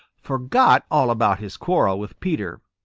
forgot all about his quarrel with peter.